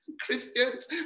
Christians